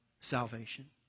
salvation